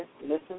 listen